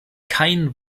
kein